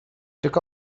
took